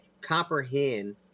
comprehend